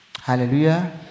Hallelujah